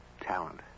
talent